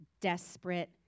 desperate